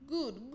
good